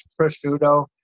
prosciutto